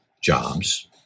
jobs